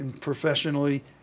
professionally